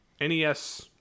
NES